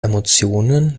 emotionen